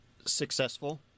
Successful